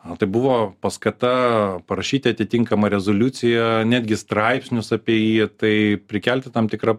o tai buvo paskata parašyti atitinkamą rezoliuciją netgi straipsnius apie jį tai prikelti tam tikra